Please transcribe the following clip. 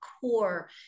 core